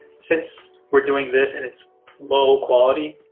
since we're doing this, and it's low quality,